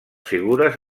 figures